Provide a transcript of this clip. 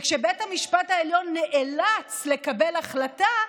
וכשבית המשפט העליון נאלץ לקבל החלטה,